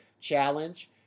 challenge